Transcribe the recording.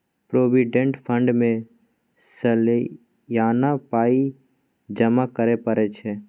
provident fund मे सलियाना पाइ जमा करय परय छै